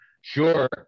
Sure